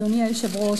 אדוני היושב-ראש,